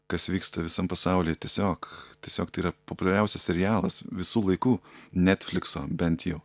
kas vyksta visam pasauly tiesiog tiesiog tai yra populiariausias serialas visų laikų netflikso bent jau